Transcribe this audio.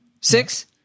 Six